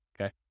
okay